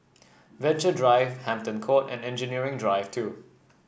Venture Drive Hampton Court and Engineering Drive Two